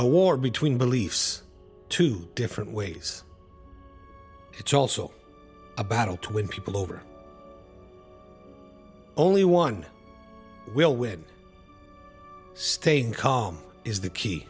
a war between beliefs two different ways it's also a battle to win people over only one will win staying calm is the key